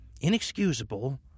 inexcusable